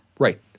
Right